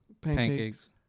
Pancakes